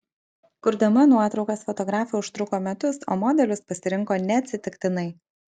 kurdama nuotraukas fotografė užtruko metus o modelius pasirinko neatsitiktinai